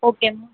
okay